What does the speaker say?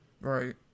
Right